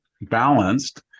balanced